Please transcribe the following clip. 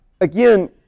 again